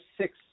six